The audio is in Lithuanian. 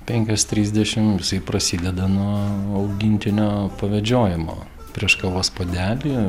penkios trisdešimt jisai prasideda nuo augintinio pavedžiojimo prieš kavos puodelį